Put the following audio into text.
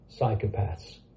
psychopaths